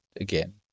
again